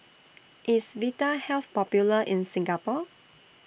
IS Vitahealth Popular in Singapore